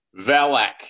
Valak